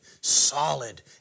solid